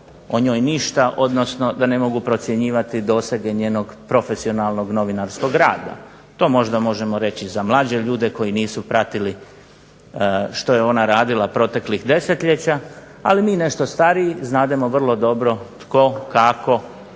o njoj ništa, odnosno da ne mogu procjenjivati dosege njenog profesionalnog novinarskog rada. To možda možemo reći za mlađe ljudi koji nisu pratili što je ona radila proteklih desetljeća ali mi nešto stariji znademo vrlo dobro tko kako